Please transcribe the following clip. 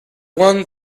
one